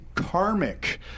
karmic